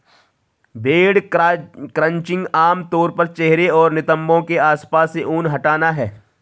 भेड़ क्रचिंग आम तौर पर चेहरे और नितंबों के आसपास से ऊन हटाना है